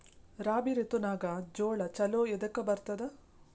ರಾಬಿ ಋತುನಾಗ್ ಜೋಳ ಚಲೋ ಎದಕ ಬರತದ?